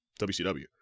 wcw